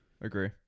Agree